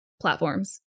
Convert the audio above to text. platforms